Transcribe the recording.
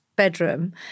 bedroom